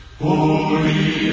holy